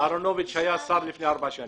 אהרונוביץ היה שר לפני ארבע שנים.